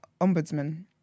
Ombudsman